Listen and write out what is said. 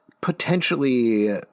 potentially